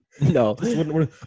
No